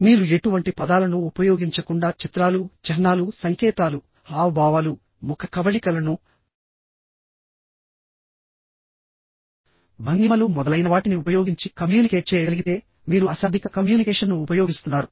మీరు ఎటువంటి పదాలను ఉపయోగించకుండా చిత్రాలు చిహ్నాలు సంకేతాలు హావభావాలు ముఖ కవళికలను భంగిమలు మొదలైనవాటిని ఉపయోగించి కమ్యూనికేట్ చేయగలిగితే మీరు అశాబ్దిక కమ్యూనికేషన్ను ఉపయోగిస్తున్నారు